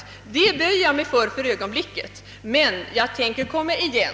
För ögonblicket böjer jag mig för detta, men jag tänker komma igen.